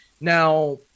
Now